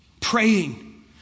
Praying